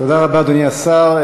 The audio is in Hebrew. תודה רבה, אדוני השר.